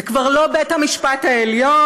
זה כבר לא בית המשפט העליון,